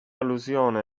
allusione